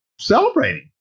celebrating